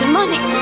money